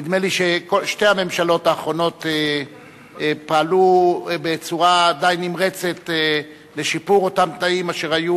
נדמה לי ששתי הממשלות האחרונות פעלו בצורה די נמרצת לשיפור התנאים שהיו